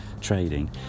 trading